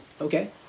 Okay